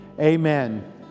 Amen